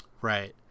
Right